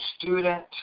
student